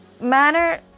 manner